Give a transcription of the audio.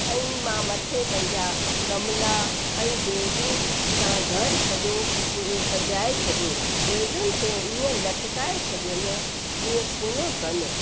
ऐं मां मथे पंहिंजा गमला ऐं बेलू सां घर सॼो सजाए छॾियो बेलियुनि खे ईअं लटकाए छॾियम जीअं सूअं कनि